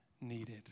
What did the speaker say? needed